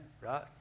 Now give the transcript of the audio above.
right